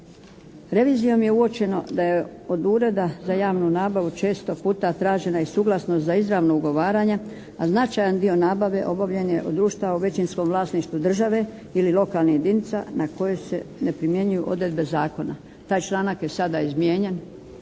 Revizijom je uočeno da je od Ureda za javnu nabavu često puta tražena i suglasnost za izravno ugovaranje, a značajan dio nabave obavljen je u društvenom većinskom vlasništvu države ili lokanih jedinica na koje se ne primjenjuju odredbe zakona. Taj članak je sada izmijenjen.